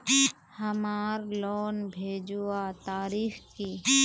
हमार लोन भेजुआ तारीख की?